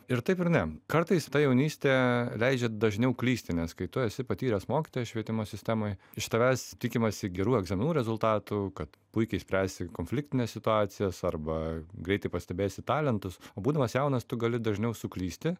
ir taip ir ne kartais ta jaunystė leidžia dažniau klysti nes kai tu esi patyręs mokytojas švietimo sistemoj iš tavęs tikimasi gerų egzaminų rezultatų kad puikiai spręsi konfliktines situacijas arba greitai pastebėsi talentus būdamas jaunas tu gali dažniau suklysti